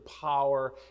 power